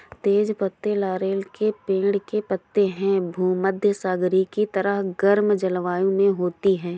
तेज पत्ते लॉरेल के पेड़ के पत्ते हैं भूमध्यसागरीय की तरह गर्म जलवायु में होती है